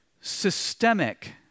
systemic